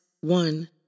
one